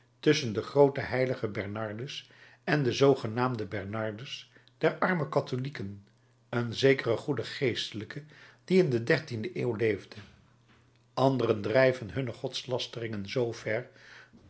tusschen den grooten heiligen bernardus en den zoogenaamden bernardus der arme katholieken een zekeren goeden geestelijke die in de dertiende eeuw leefde anderen drijven hunne godslasteringen zoover dat